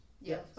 Yes